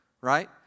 right